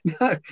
no